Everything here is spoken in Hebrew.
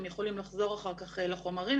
הם יכולים לחזור אחר כך לחומרים,